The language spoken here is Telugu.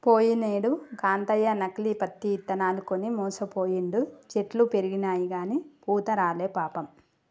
పోయినేడు కాంతయ్య నకిలీ పత్తి ఇత్తనాలు కొని మోసపోయిండు, చెట్లు పెరిగినయిగని పూత రాలే పాపం